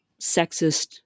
sexist